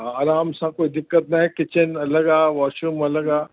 हा आराम सां कोई दिक़त न आहे किचिन अलॻि आहे वाशरूम अलॻि आहे